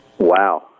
Wow